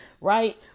right